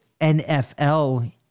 NFL